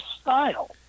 style